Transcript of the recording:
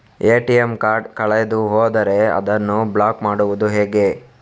ATM card ಕಳೆದು ಹೋದರೆ ಅದನ್ನು ಬ್ಲಾಕ್ ಮಾಡುವುದು ಹೇಗೆ?